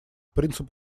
принцип